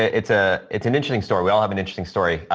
ah it's ah it's an interesting story. we all have an interesting story.